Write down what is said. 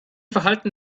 verhalten